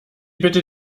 bitte